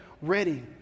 ready